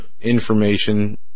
information